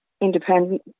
independent